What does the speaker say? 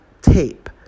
tape